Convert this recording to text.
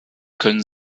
können